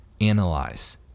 analyze